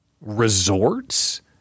resorts